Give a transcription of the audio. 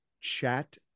chat